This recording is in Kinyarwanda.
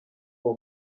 uwo